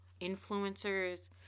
influencers